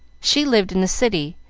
she lived in the city,